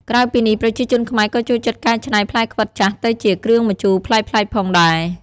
ក្រៅពីនេះ ប្រជាជនខ្មែរក៏ចូលចិត្តកែច្នៃផ្លែខ្វិតចាស់ទៅជា គ្រឿងម្ជូរប្លែកៗផងដែរ ។